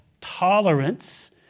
tolerance